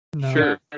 sure